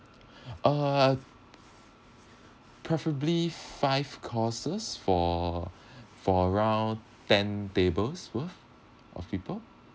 uh preferably five courses for for around ten tables worth of people